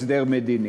הסדר מדיני.